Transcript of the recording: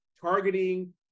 targeting